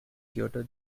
kyoto